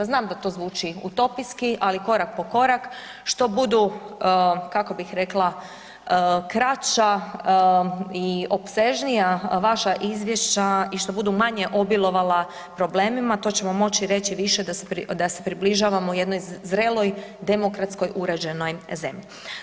Znam da to zvuči utopijski, ali korak po korak, što budu kako bih rekla kraća i opsežnija vaša izvješća i što budu manje obilovala problemima to ćemo moći reći više da se približavamo jednoj zreloj demokratskoj uređenoj zemlji.